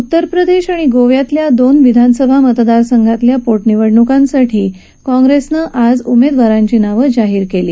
उत्तरप्रदेश आणि गोव्यातल्या दोन विधानसभा मतदारसंघातल्या पोटनिवडणुकांसाठी काँग्रेसनं आज उमेदवारांची नावं जाहीर केली